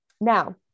Now